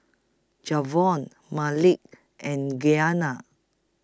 Javion Malik and Giana